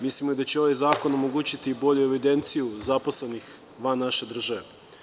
Mislimo da će ovaj zakon omogućiti bolju evidenciju zaposlenih van naše države.